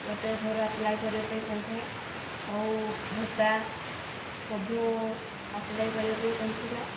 ଗୋଟେ ଘର ଆପ୍ଲାଏ କରିବା ପାଇଁ କହିଥାଏ ଆଉ ଭତ୍ତା ମଧ୍ୟ ଆପ୍ଲାଏ କରିବା ପାଇଁ କହିଥିଲା